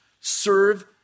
Serve